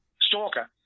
stalker